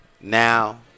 now –